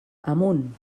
amunt